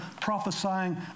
prophesying